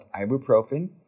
ibuprofen